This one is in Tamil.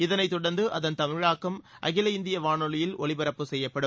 இதனைத் தொடர்ந்து அதன் தமிழாக்கம் அகில இந்தியவானொலியில் ஒலிபரப்பு செய்யப்படும்